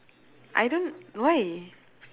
I don't why